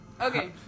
Okay